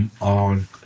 on